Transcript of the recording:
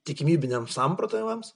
tikimybiniam samprotavimams